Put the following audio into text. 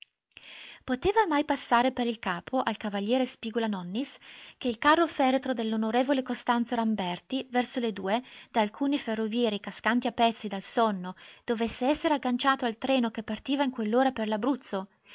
poteva mai passare per il capo ai cav spigula-nonnis che il carro-feretro dell'on costanzo ramberti verso le due da alcuni ferrovieri cascanti a pezzi dal sonno dovesse essere agganciato al treno che partiva in quell'ora per